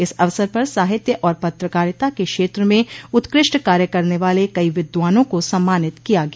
इस अवसर पर साहित्य और पत्रकारिता के क्षेत्र में उत्कृष्ट कार्य करने वाले कइ विद्वानों को सम्मानित किया गया